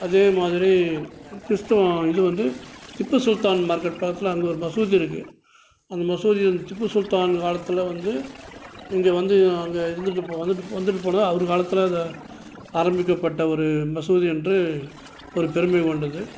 அதே மாதிரி கிறிஸ்துவம் இது வந்து திப்பு சுல்தான் மார்க்கெட் பக்கத்தில் அங்கே ஒரு மசூதி இருக்குது அந்த மசூதி அந்த திப்பு சுல்தான் காலத்தில் வந்து இங்கே வந்து அங்கே இருந்துட்டு போ வந்துட்டு வந்துட்டு போனதாக அவரு காலத்தில் அதை ஆரமிக்கப்பட்ட ஒரு மசூதி என்று ஒரு பெருமை கொண்டது